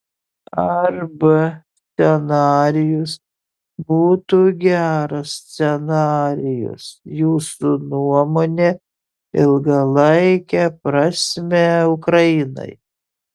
ar b scenarijus būtų geras scenarijus jūsų nuomone ilgalaike prasme ukrainai